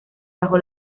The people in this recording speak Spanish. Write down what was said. bajo